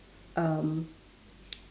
um